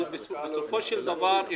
בסופו של דבר,